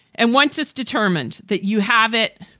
and once it's determined that you have it,